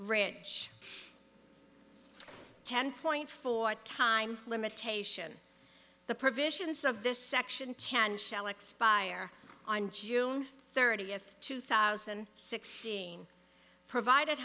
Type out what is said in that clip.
ridge ten point four time limitation the provisions of this section tan shall expire on june thirtieth two thousand sixteen provided